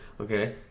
Okay